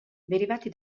derivati